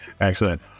Excellent